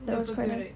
the burger right